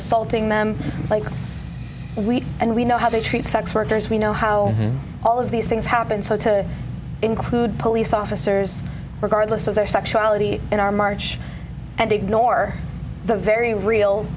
assaulting them like a week and we know how they treat sex workers we know how all of these things happen so to include police officers regardless of their sexuality in our march and ignore the very real